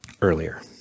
earlier